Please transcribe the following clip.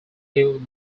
hill